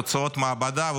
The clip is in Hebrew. תוצאות מעבדה,